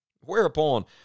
Whereupon